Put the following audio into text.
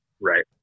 Right